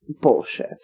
bullshit